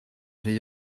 rhy